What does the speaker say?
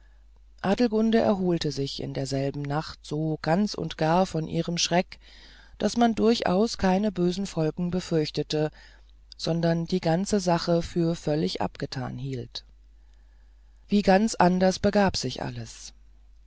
adelgunde erholte sich in derselben nacht so ganz und gar von ihrem schreck daß man durchaus keine böse folgen befürchtete sondern die ganze sache für völlig abgetan hielt wie ganz anders begab sich alles